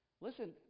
Listen